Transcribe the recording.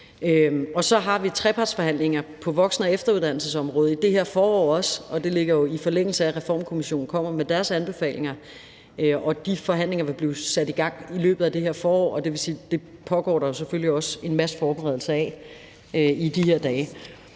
Så har vi også trepartsforhandlinger på voksen- og efteruddannelsesområdet i det her forår, og det ligger jo i forlængelse af, at Reformkommissionen kommer med deres anbefalinger. De forhandlinger vil blive sat i gang i løbet af det her forår, og det vil sige, at det pågår der selvfølgelig også en masse forberedelse af i de her dage.